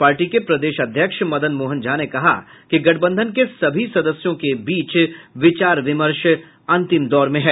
party के प्रदेश अध्यक्ष मदन मोहन झा ने कहा कि गठबंधन के सभी सदस्यों के बीच विचार विमर्श अंतिम दौर में है